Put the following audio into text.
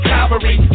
Calvary